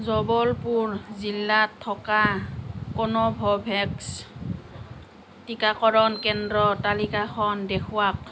জবলপুৰ জিলাত থকা কনভ'ভেক্স টিকাকৰণ কেন্দ্ৰৰ তালিকাখন দেখুৱাওক